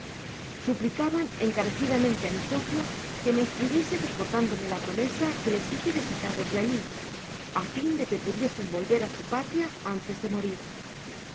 suplicaban encarecidamente á mi socio que me escribiese recordándome la promesa que les hice de sacarlos de allí á fin de que pudiesen volver a su pátria antes de morir